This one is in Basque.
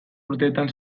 urteetan